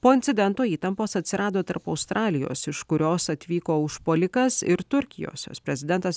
po incidento įtampos atsirado tarp australijos iš kurios atvyko užpuolikas ir turkijos jos prezidentas